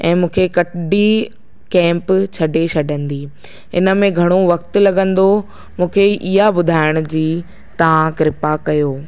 ऐं मूंखे कॾहिं केंप छडे छडंदी हिनमें घणो वक़्तु लगंदो मूंखे इहा ॿुधाइण जी तव्हां कृपा कयो